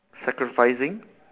sacrificing